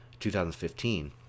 2015